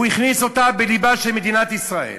הוא הכניס אותו בלבה של מדינת ישראל.